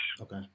Okay